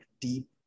deep